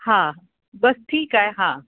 हा बसि ठीकु आहे हा